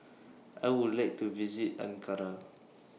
I Would like to visit Ankara